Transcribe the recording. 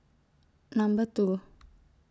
Number two